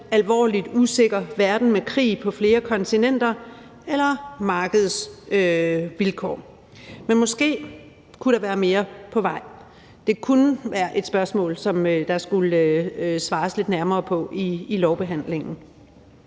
alvorligt usikker verden med krig på flere kontinenter eller det handler om markedsvilkår, men måske kunne der være mere på vej. Det kunne være et spørgsmål, som der skulle svares lidt nærmere på i lovbehandlingen.